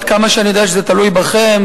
ועד כמה שאני יודע שזה תלוי בכם,